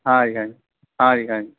ਹਾਂ ਜੀ ਹਾਂਜੀ ਹਾਂ ਜੀ ਹਾਂਜੀ